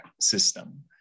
system